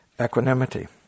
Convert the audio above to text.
equanimity